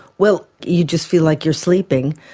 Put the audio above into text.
well you just feel like you're sleeping,